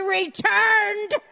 returned